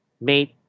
made